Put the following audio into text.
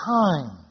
time